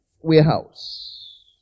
warehouse